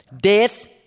death